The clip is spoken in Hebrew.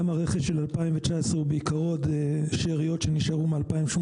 גם הרכש של 2019 הוא בעיקר עוד שאריות שנשארו מ-2018,